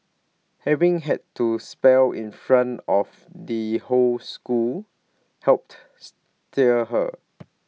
having had to spell in front of the whole school helped steel her